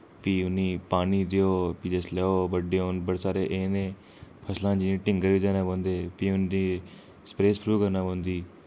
फ्ही उ'नें पानी देओ फ्ही जिसलै ओह् बड्डे होन बड़े सारे इ'नें फसलां जि'नें ढींगर देने पौंदे फ्ही उं'दी स्प्रे सप्रू करने पौंदी